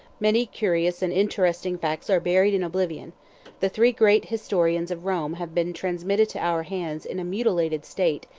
many curious and interesting facts are buried in oblivion the three great historians of rome have been transmitted to our hands in a mutilated state,